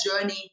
journey